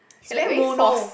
he's very mono